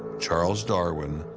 charles darwin,